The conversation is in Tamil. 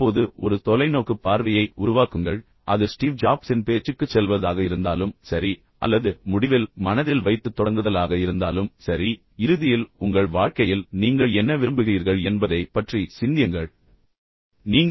இப்போது ஒரு தொலைநோக்கு தொலைநோக்கு பார்வையை உருவாக்குங்கள் அது ஸ்டீவ் ஜாப்ஸின் பேச்சுக்குச் செல்வதாக இருந்தாலும் சரி அல்லது முடிவில் மனதில் வைத்து வைத்து தொடங்குதலாக இருந்தாலும் சரி இறுதியில் உங்கள் வாழ்க்கையில் நீங்கள் என்ன விரும்புகிறீர்கள் என்பதைப் பற்றி சிந்தியுங்கள் என்று நான் உங்களுக்குச் சொல்லிக்கொண்டிருந்தேன்